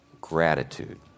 gratitude